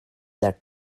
their